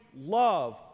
love